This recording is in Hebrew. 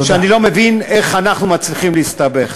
שאני לא מבין איך אנחנו מצליחים להסתבך.